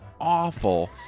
awful